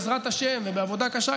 בעזרת השם ובעבודה קשה,